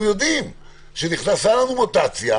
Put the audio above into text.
אנחנו יודעים שנכנסה מוטציה,